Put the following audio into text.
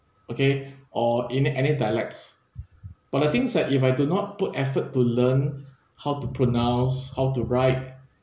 okay or any any dialects but the things that if I do not put effort to learn how to pronounce how to write